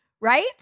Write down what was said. right